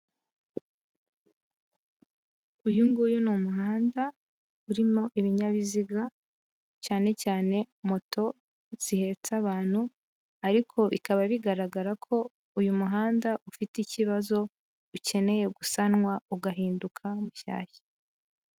Uyu nguyu ni umuhanda urimo ibinyabiziga, cyane cyane moto zihetse abantu. Ariko bikaba bigaragara ko uyu muhanda ufite ikibazo ukeneye gusanwa ugahinduka mushyashya.